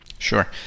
Sure